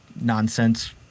nonsense